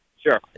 Sure